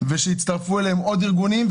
ושיצטרפו אליהן עוד ארגונים.